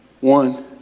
one